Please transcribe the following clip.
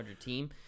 team